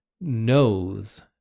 knows